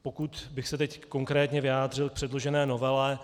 Pokud bych se teď konkrétně vyjádřil k předložené novele.